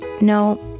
no